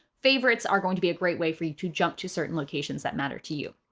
favorites are going to be a great way for you to jump to certain locations that matter to you.